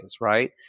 right